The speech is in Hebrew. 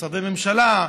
משרדי ממשלה,